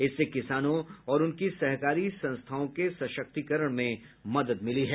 इससे किसानों और उनकी सहकारी संस्थाओं के सशक्तीकरण में मदद मिली है